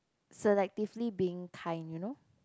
selectively being kind you know